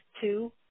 two